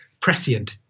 prescient